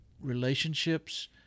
relationships